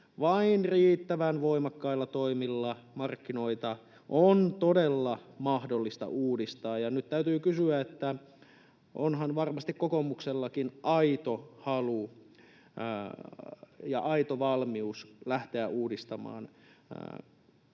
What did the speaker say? Vain riittävän voimakkailla toimilla markkinoita on todella mahdollista uudistaa. Ja nyt täytyy kysyä: onhan varmasti kokoomuksellakin aito halu ja aito valmius lähteä uudistamaan kokonaisvaltaisesti